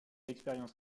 expérience